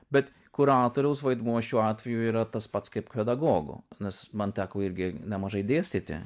bet kuratoriaus vaidmuo šiuo atveju yra tas pats kaip pedagogo nes man teko irgi nemažai dėstyti